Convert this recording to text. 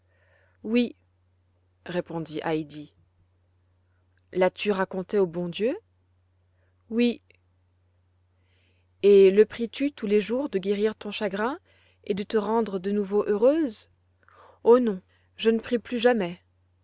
cœur oui répondit heidi l'as-tu raconté au bon dieu oui et le pries tu tous les jours de guérir ton chagrin et de te rendre de nouveau heureuse oh non je ne prie plus jamais